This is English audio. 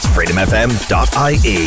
FreedomFM.ie